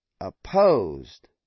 opposed